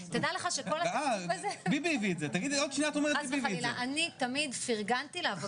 ההתנגדות היא כי זה יעלה לנו את העלויות